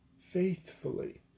faithfully